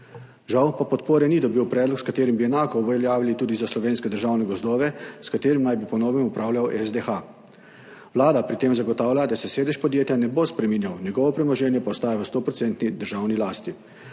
Žal pa podpore ni dobil predlog, s katerim bi enako uveljavili tudi za Slovenske državne gozdove, s katerim naj bi po novem upravljal SDH. Vlada pri tem zagotavlja, da se sedež podjetja ne bo spreminjal, njegovo premoženje pa ostaja v stoprocentni državni lasti.